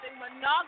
monogamous